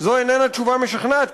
זו איננה תשובה משכנעת,